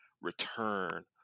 return